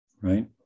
right